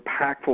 impactful